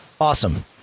Awesome